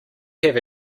have